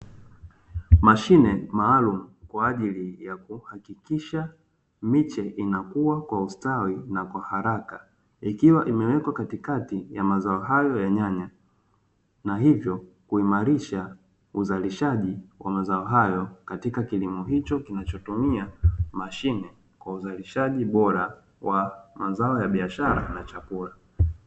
Mashine maalumu kwa ajili ya kuhakikisha miche inakuwa kwa ustawi na kwa haraka, ikiwa imewekwa katikati ya mazao hayo ya nyanya na hivyo kuhimarisha uzalishaji wa mazao hayo katikA kilimo hicho kinachotumia mashine kwa uzalishaji bora wa mazao ya biashara na chakula.